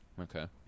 Okay